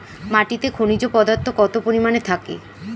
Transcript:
মাটিতে খনিজ পদার্থ কত পরিমাণে থাকে?